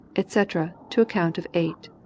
etc, to a count of eight.